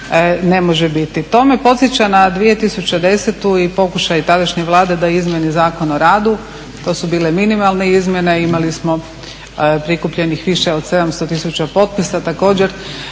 To me podsjeća na 2010.i pokušaj tadašnje Vlade da izmjeni Zakon o radu, to su bile minimalne izmjene, imali smo prikupljenih više od 700 tisuća potpisa također